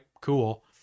cool